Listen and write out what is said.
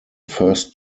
first